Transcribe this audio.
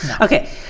Okay